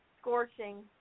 scorching